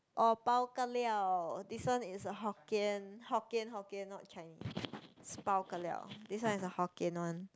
orh Bao ka liao this one is a Hokkien Hokkien Hokkien not Chinese is Bao ka liao this one is a Hokkien one